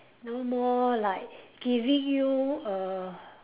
no more like giving you a